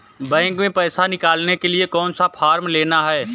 Bank में पैसा निकालने के लिए कौन सा फॉर्म लेना है?